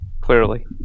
Clearly